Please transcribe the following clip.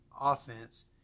offense